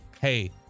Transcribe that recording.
hey